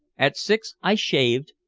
at six i shaved,